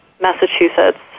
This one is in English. Massachusetts